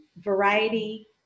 variety